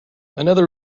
another